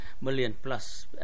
million-plus